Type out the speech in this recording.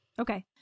Okay